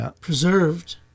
preserved